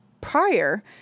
prior